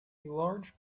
large